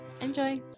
Enjoy